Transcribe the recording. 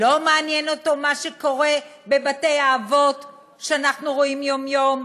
לא מעניין אותו מה שקורה בבתי-האבות שאנחנו רואים יום-יום?